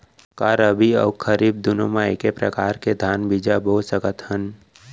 का रबि अऊ खरीफ दूनो मा एक्के प्रकार के धान बीजा बो सकत हन?